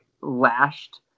lashed